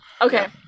okay